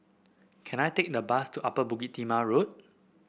can I take a bus to Upper Bukit Timah Road